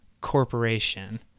corporation